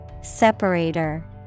Separator